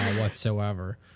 whatsoever